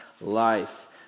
life